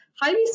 highly